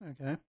Okay